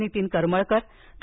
Nitin Karmalkar Dr